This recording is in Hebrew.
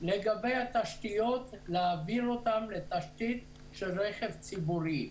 לגבי התשתיות, להעביר אותן לתשתית של רכב ציבורי.